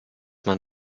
man